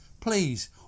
please